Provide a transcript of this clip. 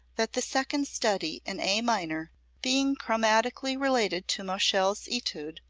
that the second study in a minor being chromatically related to moscheles' etude,